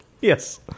Yes